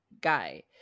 guy